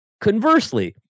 Conversely